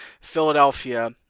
philadelphia